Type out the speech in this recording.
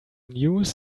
news